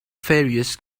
various